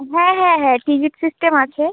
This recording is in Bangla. হ্যাঁ হ্যাঁ হ্যাঁ টিকিট সিস্টেম আছে